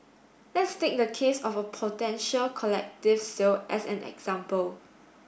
let's take the case of a potential collective sale as an example